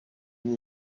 n’ai